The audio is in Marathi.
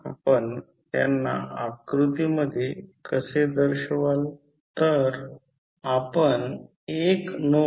म्हणून जर तसे असेल तर फ्लक्सची दिशा पहा